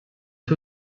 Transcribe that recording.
ser